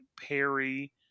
Perry